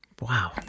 Wow